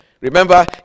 Remember